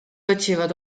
otsivad